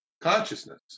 consciousness